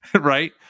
Right